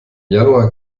januar